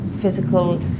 physical